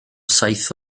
saith